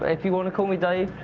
if you want to call me dave,